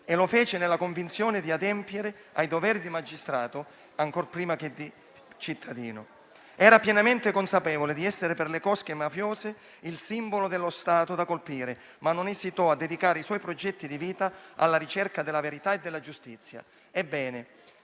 Lo fece nella convinzione di adempiere ai doveri di magistrato, ancor prima che di cittadino. Era pienamente consapevole di essere per le cosche mafiose il simbolo dello Stato da colpire, ma non esitò a dedicare i suoi progetti di vita alla ricerca della verità e della giustizia. Ebbene,